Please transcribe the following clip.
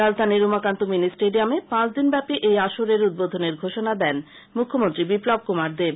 রাজধানীর উমাকান্ত মিনি স্টেডিয়ামে পাঁচদিনব্যাপী এই আসরের উদ্বোধনের ঘোষণা দেন মুখ্যমন্ত্রী বিপ্লব কুমার দেব